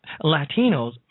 Latinos